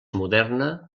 moderna